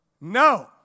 No